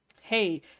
hey